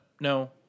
no